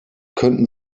könnten